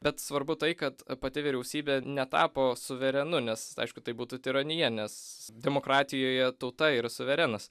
bet svarbu tai kad pati vyriausybė netapo suverenu nes aišku tai būtų tironija nes demokratijoje tauta yra suverenas